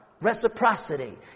reciprocity